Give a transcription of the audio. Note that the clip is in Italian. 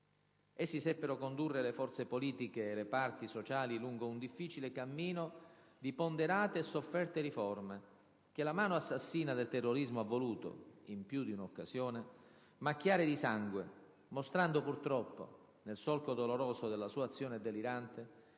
Essi seppero condurre le forze politiche e le parti sociali lungo un difficile cammino di ponderate e sofferte riforme, che la mano assassina del terrorismo ha voluto, in più di un'occasione, macchiare di sangue, mostrando purtroppo, nel solco doloroso della sua azione delirante,